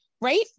Right